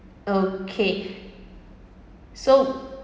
okay so